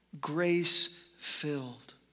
grace-filled